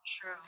True